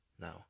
Now